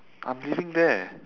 I'm living there